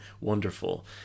wonderful